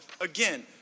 Again